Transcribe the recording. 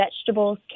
vegetables